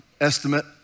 estimate